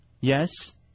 Yes